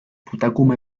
putakume